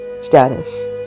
status